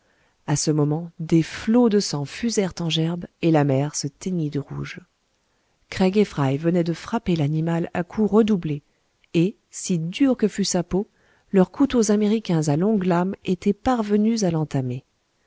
a ce moment des flots de sang fusèrent en gerbes et la mer se teignit de rouge craig et fry venaient de frapper l'animal à coups redoublés et si dure que fût sa peau leurs couteaux américains à longues lames étaient parvenus à l'entamer